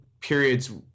periods